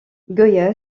goya